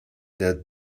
that